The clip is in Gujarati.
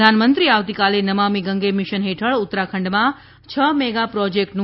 પ્રધાનમંત્રી આવતીકાલે નમામીગંગે મિશન હેઠળ ઉત્તરાખંડમાં છ મેગા પ્રોજેક્ટનું